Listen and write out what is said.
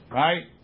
right